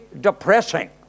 depressing